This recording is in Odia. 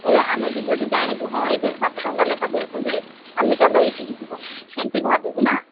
ଏବେ ଆମେ ବି ଯଦି ଜାଣିବୁ ହଁ ଏଇଠି ସାତ ଟଙ୍କା ଲେଖାଁ ଦେଉଛନ୍ତି ଯେ ଆମେ ଚାଲ ଏଇଠିକି ଯିବା ଏମିତି ଭାବିବୁ ନା